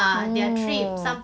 oh